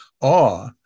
awe